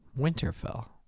Winterfell